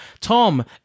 Tom